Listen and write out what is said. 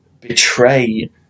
betray